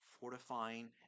fortifying